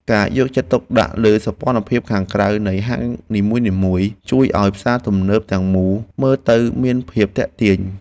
ការយកចិត្តទុកដាក់លើសោភ័ណភាពខាងក្រៅនៃហាងនីមួយៗជួយឱ្យផ្សារទំនើបទាំងមូលមើលទៅមានភាពទាក់ទាញ។